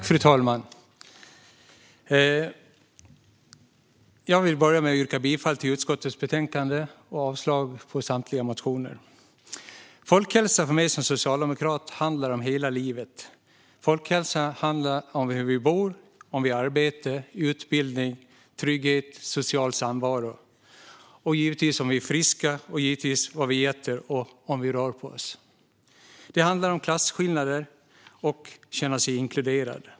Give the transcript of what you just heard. Fru talman! Jag vill börja med att yrka bifall till utskottets förslag i betänkandet och avslag på samtliga motioner. Folkhälsa för mig som socialdemokrat handlar om hela livet. Folkhälsa handlar om hur vi bor och om vi har arbete, utbildning, trygghet och social samvaro. Det handlar givetvis också om huruvida vi är friska, om vad vi äter och om vi rör på oss. Det handlar dessutom om klasskillnader och att känna sig inkluderad.